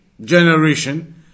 generation